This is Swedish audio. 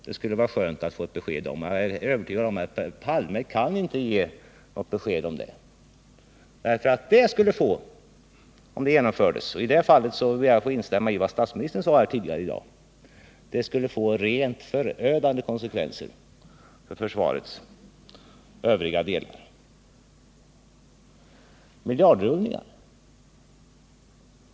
Jag är övertygad om att herr Palme inte kan ge något besked härom. Om hans alternativ genomfördes — i detta fall ber jag att få instämma i vad statsministern tidigare i dag sade — skulle det få rent förödande konsekvenser för försvarets övriga delar. Miljardrullningar?